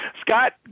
Scott